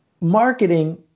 Marketing